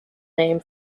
name